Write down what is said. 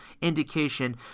indication